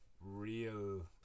real